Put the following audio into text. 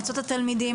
מועצות התלמידים.